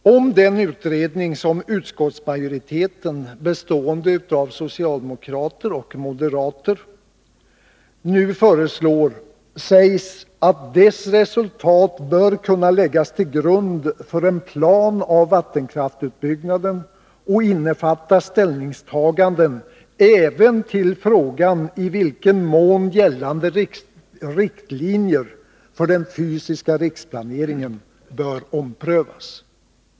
Om den utredning som utskottsmajoriteten, bestående av socialdemokrater och moderater, nu föreslår sägs att dess resultat bör kunna läggas till grund för en planering av vattenkraftsutbyggnaden och innefatta ställningstaganden även till frågan i vilken mån gällande riktlinjer för den fysiska riksplaneringen bör omprövas.